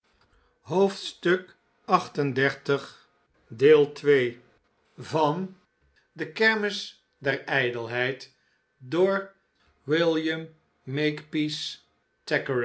de kermis der ijdelheid van william